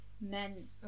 men